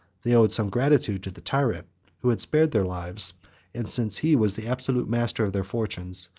they owed some gratitude to the tyrant who had spared their lives and since he was the absolute master of their fortunes,